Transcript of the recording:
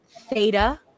Theta